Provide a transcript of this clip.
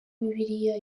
bibiliya